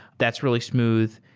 that's really smooth.